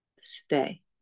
Stay